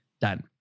done